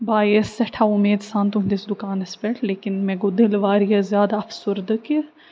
بہٕ آیایس سٮ۪ٹھاہ اُمید سان تُہنٛدِس دُکانس پٮ۪ٹھ لیکِن مےٚ گوٚو دِل وارِیاہ زیادٕ افسُردٕ کہِ